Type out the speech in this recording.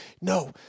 No